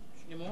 שלמות?